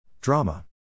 Drama